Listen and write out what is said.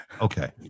okay